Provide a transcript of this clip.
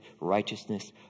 righteousness